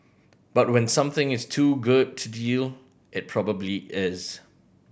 but when something is too good to deal it probably is